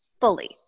fully